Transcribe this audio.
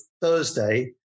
Thursday